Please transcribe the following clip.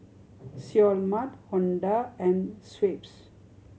Seoul Mart Honda and Schweppes